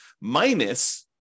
minus